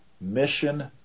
mission